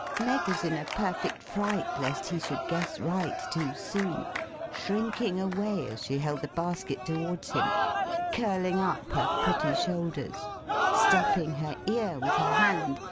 meg was in a perfect fright lest he should guess right too soon shrinking away, as she held the basket towards him curling up her pretty shoulders stopping her ear with her hand,